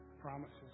promises